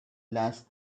last